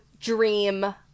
dream